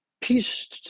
peace